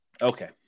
Okay